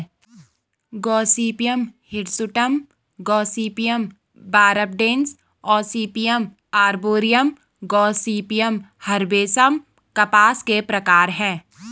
Gossypium hirsutum, Gossypium barbadense, Gossypium arboreum, Gossypium herbaceum कपास के प्रकार है